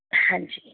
ਹਾਂਜੀ